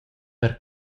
per